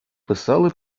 писали